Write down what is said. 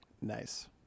Nice